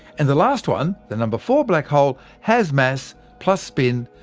and the last one, the number four black hole has mass, plus spin,